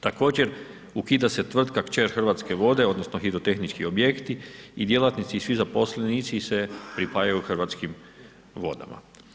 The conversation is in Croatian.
Također ukida se tvrtka kćer Hrvatske vode, odnosno, hidrotehnički objekti i djelatnici i svi zaposlenici se pripajaju Hrvatskim vodama.